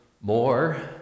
more